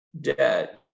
debt